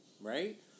right